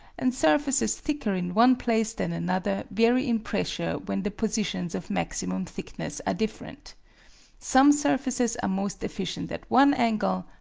and surfaces thicker in one place than another vary in pressure when the positions of maximum thickness are different some surfaces are most efficient at one angle,